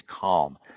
calm